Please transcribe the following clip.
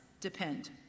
depend